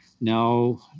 Now